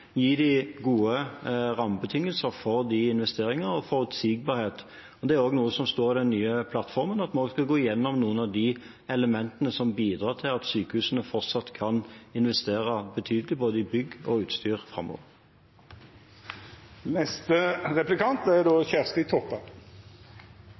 gi dem gode rammebetingelser for de investeringene og forutsigbarhet. Det er også noe av det som står i den nye plattformen, at vi også skal gå igjennom noen av de elementene som bidrar til at sykehusene fortsatt kan investere betydelig i både bygg og utstyr